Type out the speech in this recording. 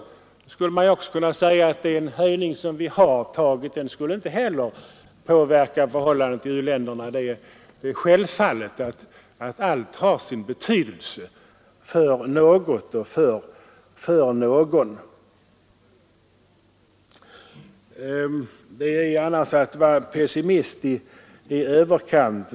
Då skulle man ju också kunna säga att de höjningar som vi har stannat för inte heller skulle påverka u-ländernas förhållanden. Det är självfallet att allt har sin betydelse för något och för någon — i annat fall är man verkligen pessimistisk i överkant.